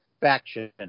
faction